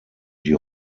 die